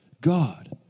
God